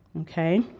okay